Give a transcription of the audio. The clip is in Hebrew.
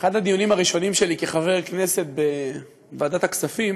אחד הדיונים הראשונים שלי כחבר כנסת בוועדת הכספים